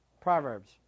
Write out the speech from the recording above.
Proverbs